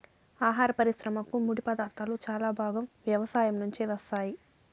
ఆహార పరిశ్రమకు ముడిపదార్థాలు చాలా భాగం వ్యవసాయం నుంచే వస్తాయి